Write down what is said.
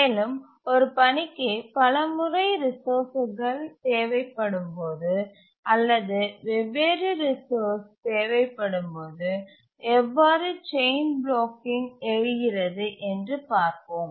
மேலும் ஒரு பணிக்கு பல முறை ரிசோர்ஸ்கள் தேவைப்படும்போது அல்லது வெவ்வேறு ரிசோர்ஸ் தேவைப்படும்போது எவ்வாறு செயின் பிளாக்கிங் எழுகிறது என்று பார்ப்போம்